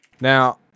Now